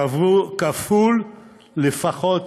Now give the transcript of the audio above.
כפול לפחות